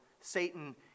Satan